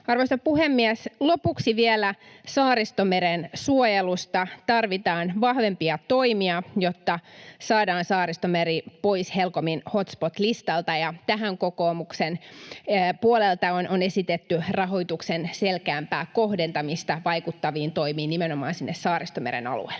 Arvoisa puhemies! Lopuksi vielä Saaristomeren suojelusta. Tarvitaan vahvempia toimia, jotta saadaan Saaristomeri pois HELCOMin hotspot -listalta, ja tähän kokoomuksen puolelta on esitetty rahoituksen selkeämpää kohdentamista vaikuttaviin toimiin nimenomaan sinne Saaristomeren alueelle.